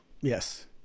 Yes